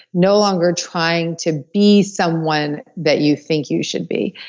no longer trying to be someone that you think you should be.